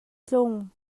tlung